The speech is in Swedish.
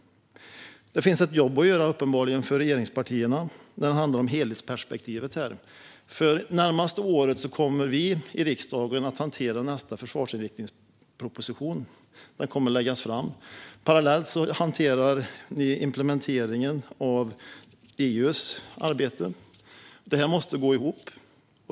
Det finns uppenbarligen ett jobb att göra för regeringspartierna när det handlar om helhetsperspektivet. Det närmaste året kommer vi i riksdagen att hantera nästa försvarsinriktningsproposition, som kommer att läggas fram. Parallellt hanterar vi implementeringen av EU:s arbete, och detta måste gå ihop.